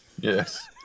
Yes